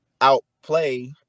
outplay